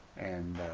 and